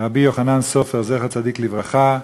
רבי יוחנן סופר, זכר צדיק לברכה,